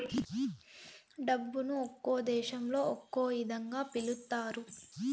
డబ్బును ఒక్కో దేశంలో ఒక్కో ఇదంగా పిలుత్తారు